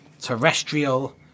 terrestrial